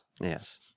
Yes